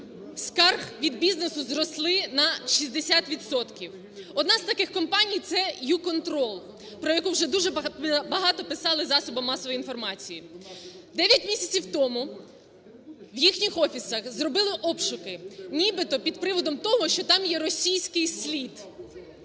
скарги від бізнесу зросли на 60 відсотків. Одна з таких компаній – цеYouControl, про яку вже дуже багато писали засоби масової інформації. 9 місяців тому в їхніх офісах зробили обшуки нібито під приводом того, що там є російський слід.